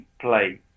play